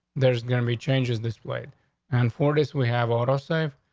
there's going to be changes this way and forties, we have auto save.